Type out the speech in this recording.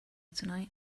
tonight